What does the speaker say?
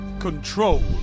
Control